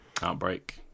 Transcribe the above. outbreak